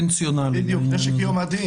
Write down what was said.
נשק יום הדין.